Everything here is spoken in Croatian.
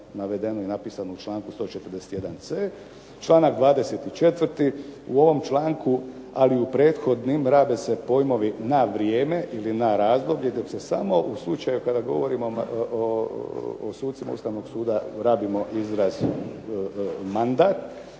navedeno i napisano u članku 141.c. Članak 24. u ovom članku ali u prethodnim rabe se pojmovi na vrijeme ili na razdoblje dok se samo u slučaju kada govorimo o sucima Ustavnog suda, rabimo izraz mandat.